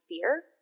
fear